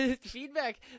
Feedback